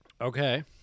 Okay